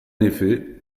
effet